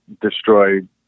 destroyed